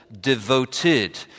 devoted